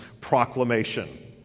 proclamation